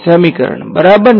સમીકરણ બરાબર ને